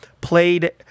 played